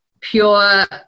pure